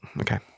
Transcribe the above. okay